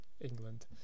England